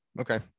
Okay